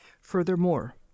Furthermore